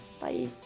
bye